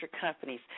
companies